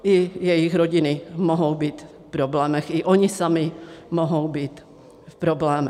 I jejich rodiny mohou být v problémech, i oni sami mohou být v problémech.